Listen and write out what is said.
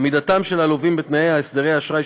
עמידתם של הלווים בתנאי הסדרי האשראי